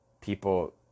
people